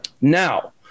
Now